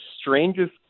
strangest